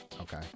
Okay